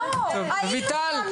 היינו שם.